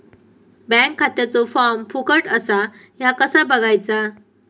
Bank खात्याचो form फुकट असा ह्या कसा बगायचा?